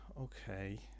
Okay